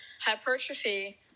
hypertrophy